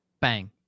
Bang